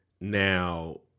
Now